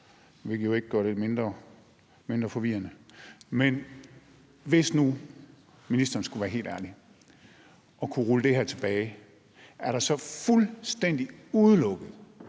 hvilket jo ikke gør det mindre forvirrende. Men hvis nu ministeren skulle være helt ærlig og kunne rulle det her tilbage, er det så fuldstændig udelukket,